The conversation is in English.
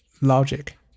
logic